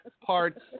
parts